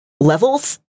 levels